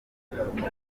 yanyeretse